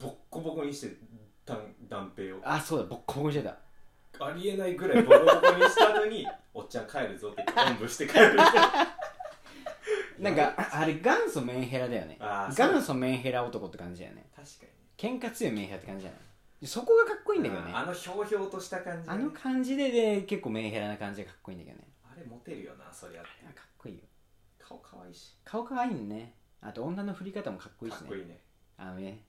ボッコボコにして、段- 段平を。あ、そうだ。ボッコボコにしてた。ありえないぐらいボロボロボコにしたのに、 「おっちゃん帰るぞ」って言って、おんぶして帰る。 なんか、あれ、元祖メンヘラだよね。あー、そう。元祖メンヘラ男って感じだよね。確かに。喧嘩強いメンヘラって感じだね。そこがかっこいいんだけどね。あー、あのひょうひょうとした感じね。あの感じでね、結構メンヘラな感じがかっこいいんだけどね。あれモテるよな、そりゃ。あれはかっこいいよ。顔かわいいし。顔かわいいよね。あと女の振り方もかっこいいしね。かっこいいね。あのね、